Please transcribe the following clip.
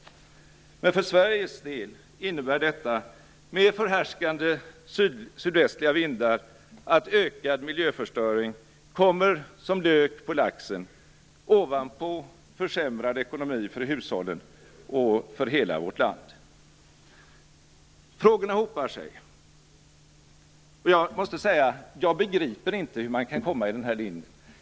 Men för Sveriges del innebär detta med förhärskande sydvästliga vindar att ökad miljöförstöring kommer som lök på laxen ovanpå försämrad ekonomi för hushållen och hela vårt land. Frågorna hopar sig. Jag begriper inte hur man kan komma till denna linje.